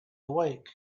awake